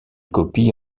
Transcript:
copie